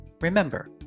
remember